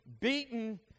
beaten